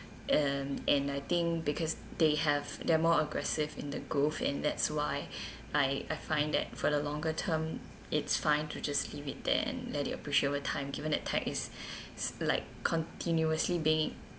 and and I think because they have they're more aggressive in the growth and that's why I I find that for the longer term it's fine to just leave it there and let it appreciate over time given that tech is like continuously being